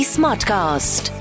Smartcast